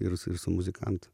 ir su muzikantu